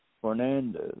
Fernandez